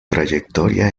trayectoria